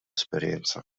esperjenza